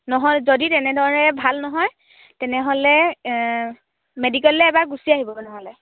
নহয় যদি তেনেদৰে ভাল নহয় তেনেহ'লে মেডিকেললৈ এবাৰ গুচি আহিব নহ'লে